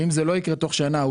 אם זה לא יקרה תוך שנה,